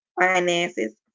finances